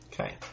Okay